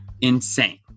insane